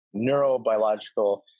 neurobiological